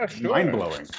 mind-blowing